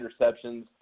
interceptions